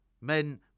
men